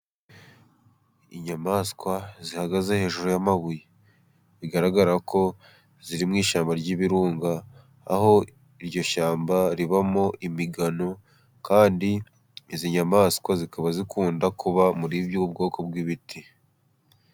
Inyamaswa zihagaze hejuru y'amabuye, bigaragara ko ziri mu ishyamba ry'ibirunga, aho iryo shyamba ribamo imigano, kandi izi nyamaswa zikaba zikunda kuba muri ubu bwoko bw'ibiti.